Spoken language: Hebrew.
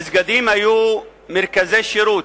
מסגדים היו מרכזי שירות.